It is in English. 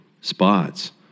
spots